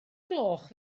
gloch